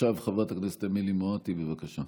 עכשיו חברת הכנסת אמילי מואטי, בבקשה.